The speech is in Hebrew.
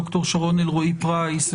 דוקטור שרון אלרעי פרייס,